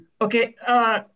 Okay